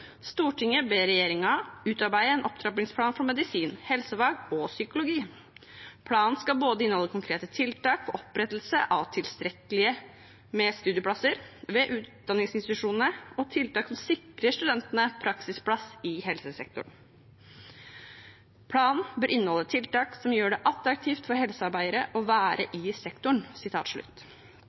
ber regjeringen utarbeide en opptrappingsplan for studieplasser innenfor medisin, helsefag, sykepleie og psykologi. Planen skal både inneholde konkrete tiltak for opprettelse av tilstrekkelig med studieplasser ved utdanningsinstitusjonene, og tiltak som sikrer studentene praksisplass i helsesektoren. Planen bør også inneholde tiltak som gjør det attraktivt for helsearbeidere å være i sektoren.»